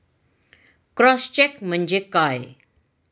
Cross check म्हणजे काय?